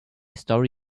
story